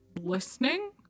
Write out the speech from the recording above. listening